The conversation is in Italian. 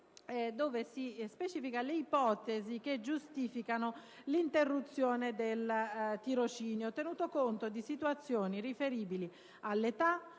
*b)* si riferisce alle ipotesi che giustificano l'interruzione del tirocinio, tenuto conto di situazioni riferibili all'età,